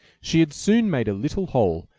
she had soon made a little hole,